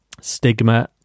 Stigma